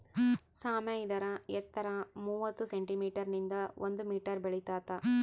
ಸಾಮೆ ಇದರ ಎತ್ತರ ಮೂವತ್ತು ಸೆಂಟಿಮೀಟರ್ ನಿಂದ ಒಂದು ಮೀಟರ್ ಬೆಳಿತಾತ